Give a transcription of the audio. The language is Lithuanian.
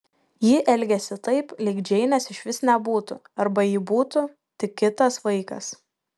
ji elgėsi taip lyg džeinės išvis nebūtų arba ji būtų tik kitas vaikas